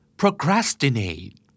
procrastinate